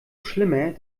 schlimmer